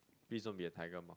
please don't be a tiger mum